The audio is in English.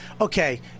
okay